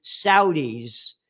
Saudis